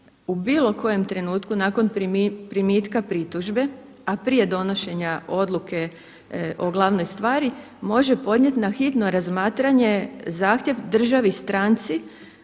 u bilo kojem trenutku nakon primitka pritužbe a prije donošenja odluke o glavnoj stvari može podnijeti na hitno razmatranje zahtjev državi stranci